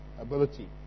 ability